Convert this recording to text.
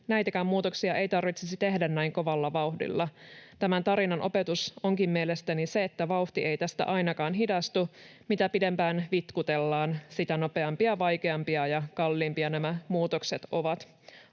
näitäkään muutoksia ei tarvitsisi tehdä näin kovalla vauhdilla. Tämän tarinan opetus onkin mielestäni se, että vauhti ei tästä ainakaan hidastu. Mitä pidempään vitkutellaan, sitä nopeampia, vaikeampia ja kalliimpia nämä muutokset ovat.